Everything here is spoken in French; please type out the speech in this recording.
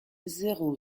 zéro